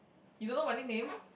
you don't know my nickname